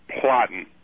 plotting